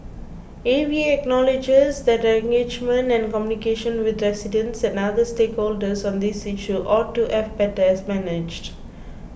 A V A acknowledges that engagement and communications with residents and other stakeholders on this issue ought to have better managed